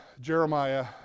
Jeremiah